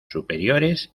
superiores